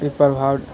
ई प्रभाव